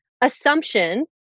assumption